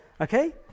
Okay